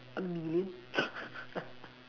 a million